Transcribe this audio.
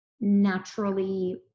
naturally